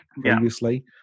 previously